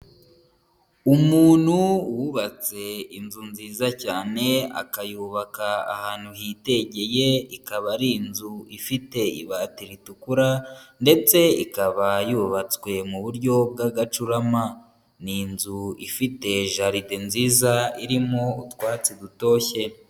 Umuntu wubatse inzu nziza cyane akayubaka ahantu hitegeye, ikaba ari inzu ifite ibati ritukura ndetse ikaba yubatswe mu buryo bw'agacurama, ni inzu ifite jaride nziza irimo utwatsi dutoshye.